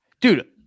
Dude